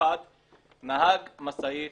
נהג משאית